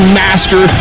master